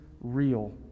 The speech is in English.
real